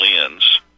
lens